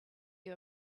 you